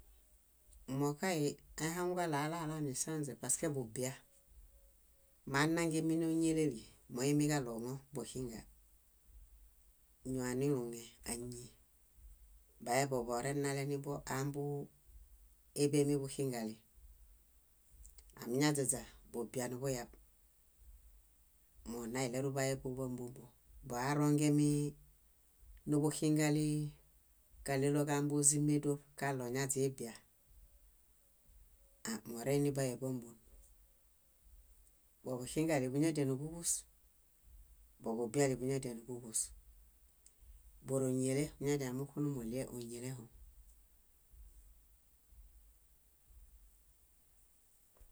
. Móo kay aihaŋuġaɭo alalaniŝãĵe paske bubia. Maanangemi nóñeleli, moimiġaɭo ŋon buxenga. Ñóo aniluŋe, áñi, baebo borenaleniboo áḃemi buxingali, amiñaźaźa bubianuḃuyab. Móo nna iɭeruḃaebo bámbombo, boarongemi niḃuxinga káɭelokambuzim édoṗ kaɭo ñaźibia, ãɂ moreiniḃaeb bámbon. Boḃuxingali búñadianiḃuġus, boḃubiali búñadianiḃuġus, bóroñele muñadianuxunumuɭie óñelehom.